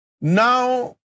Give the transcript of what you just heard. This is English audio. Now